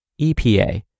EPA